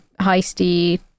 heisty